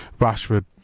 Rashford